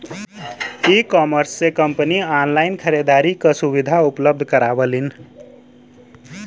ecommerce से company online खरीदारी क सुविधा उपलब्ध करावलीन